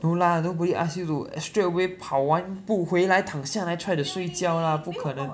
no lah nobody ask you to eh straight away 跑完步回来躺下来 try to 睡觉 lah 不可能